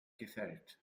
gefällt